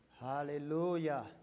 Hallelujah